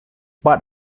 part